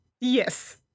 yes